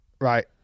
right